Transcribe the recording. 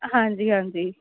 ਹਾਂਜੀ ਹਾਂਜੀ